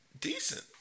decent